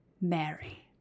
Mary